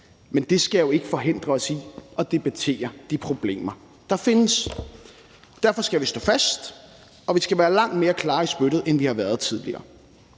Men det skal jo ikke forhindre os i at debattere de problemer, der findes. Derfor skal vi stå fast, og vi skal være langt mere klare i spyttet, end vi har været tidligere.